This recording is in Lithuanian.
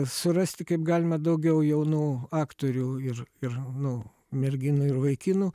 surasti kaip galima daugiau jaunų aktorių ir ir nu merginų ir vaikinų